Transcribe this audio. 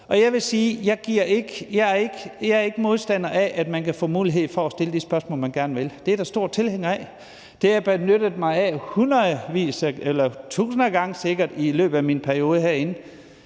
jeg ikke er modstander af, at man kan få mulighed for at stille de spørgsmål, man gerne vil stille – det er jeg da stor tilhænger af. Det har jeg benyttet mig af hundredvis eller sikkert tusindvis af gange i løbet af min tid herinde.